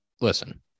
Listen